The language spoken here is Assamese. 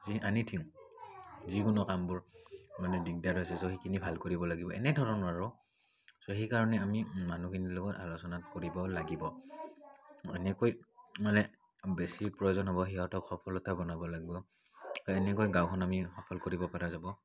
যি এনিথিং যিকোনো কামবোৰ মানে দিগদাৰ হৈছে চ' সেইখিনি ভাল কৰিব এনেধৰণৰ আৰু চ' সেইকাৰণে আমি মানুহখিনিৰ লগত আলোচনাত কৰিব লাগিব এনেকৈ মানে বেছি প্ৰয়োজন হ'ব সিহঁতক সফলতা বনাব লাগিব এনেকৈ গাঁওখন আমি সফল কৰিব পৰা যাব